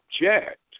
object